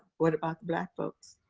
what about the black folks?